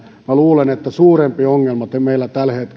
luulen että suurempi ongelma meillä tällä hetkellä ovat päihdekäyttäjät